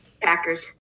Packers